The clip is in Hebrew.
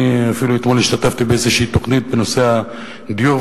אני אפילו השתתפתי אתמול באיזו תוכנית בנושא הדיור,